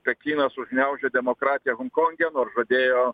pekinas užgniaužė demokratiją honkonge nors žadėjo